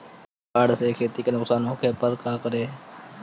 बाढ़ से खेती नुकसान होखे पर का करे?